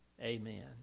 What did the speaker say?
amen